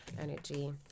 energy